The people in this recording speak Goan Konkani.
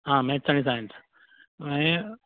आं मॅथ्स आनी सायन्स मागीर